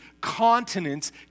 continents